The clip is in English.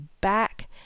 back